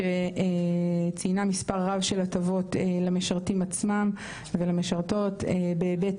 שציינה מספר רב של הטבות למשרתים עצמם ולמשרתות בהיבט